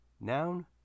Noun